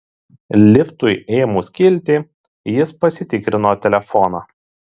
liftui ėmus kilti jis pasitikrino telefoną